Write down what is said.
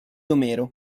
omero